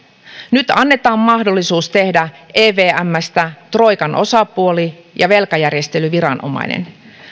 nyt annetaan mahdollisuus tehdä evmstä troikan osapuoli ja velkajärjestelyviranomainen